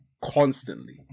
constantly